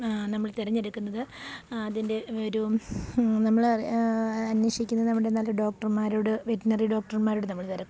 നമ്മൾ തെരഞ്ഞെടുക്കുന്നത് അതിൻ്റെ ഒരു നമ്മൾ അന്വേഷിക്കുന്നത് നമ്മുടെ നല്ല ഡോക്ടർമാരോട് വെറ്റ്നറി ഡോക്ടർമാരോട് നമ്മൾ തിരക്കും